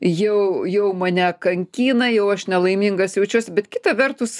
jau jau mane kankina jau aš nelaimingas jaučiasi bet kita vertus